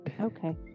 okay